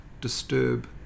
disturb